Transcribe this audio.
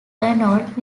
arnold